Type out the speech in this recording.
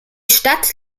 stadt